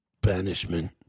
Banishment